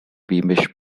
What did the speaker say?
beamish